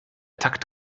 takt